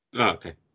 okay